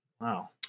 Wow